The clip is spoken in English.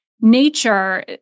nature